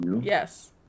yes